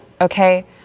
okay